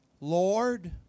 Lord